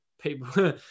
people